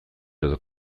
edo